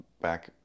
back